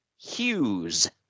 Hughes